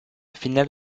final